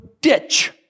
ditch